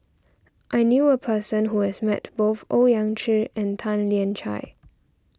I knew a person who has met both Owyang Chi and Tan Lian Chye